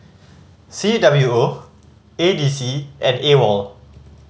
C W O A D C and AWOL